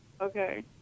okay